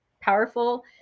powerful